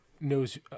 knows